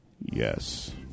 Yes